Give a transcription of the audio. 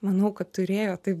manau kad turėjo tai